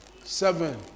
Seven